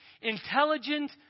intelligent